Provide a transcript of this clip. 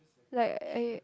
like I